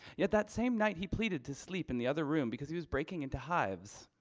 yet that same night he pleaded to sleep in the other room because he was breaking into hives.